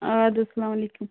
آدٕ حظ سلام علیکُم